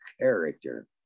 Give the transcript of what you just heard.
character